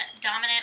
dominant